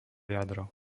jadro